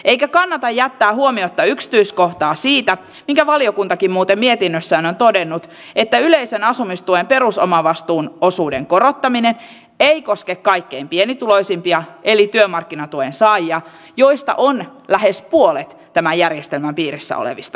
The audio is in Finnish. eikä kannata jättää huomiotta sitä yksityiskohtaa minkä valiokuntakin muuten mietinnössään on todennut että yleisen asumistuen perusomavastuun osuuden korottaminen ei koske kaikkein pienituloisimpia eli työmarkkinatuen saajia joita on lähes puolet tämän järjestelmän piirissä olevista ihmisistä